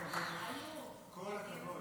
כל הכבוד לך.